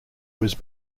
was